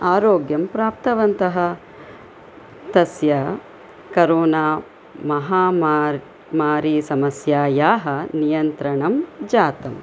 आरोग्यं प्राप्तवन्तः तस्य करोना महामार् मरी समस्यायाः नियन्त्रणं जातम्